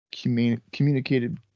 communicated